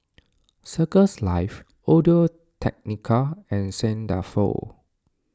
Circles Life Audio Technica and Saint Dalfour